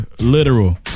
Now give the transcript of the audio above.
literal